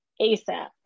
ASAP